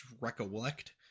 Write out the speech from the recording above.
recollect